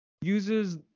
uses